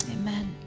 Amen